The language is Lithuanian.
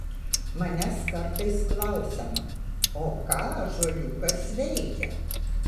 manęs kartais klausiama o ką ąžuoliukas veikia